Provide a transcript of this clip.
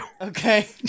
Okay